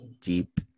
deep